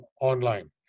online